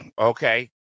okay